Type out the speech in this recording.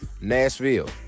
Nashville